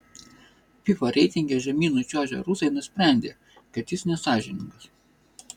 fifa reitinge žemyn nučiuožę rusai nusprendė kad jis nesąžiningas